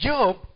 Job